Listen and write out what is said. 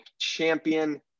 champion